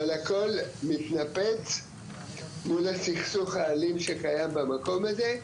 אבל הכול מתנפץ מול הסכסוך האלים שקיים במקום הזה,